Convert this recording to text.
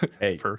Hey